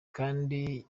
kandi